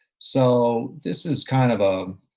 so this is kind of a,